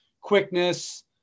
quickness